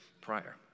prior